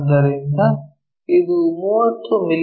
ಆದ್ದರಿಂದ ಇದು 30 ಮಿ